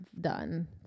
done